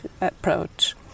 approach